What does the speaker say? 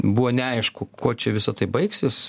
buvo neaišku kuo čia visa tai baigsis